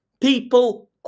People